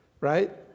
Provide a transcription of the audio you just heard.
right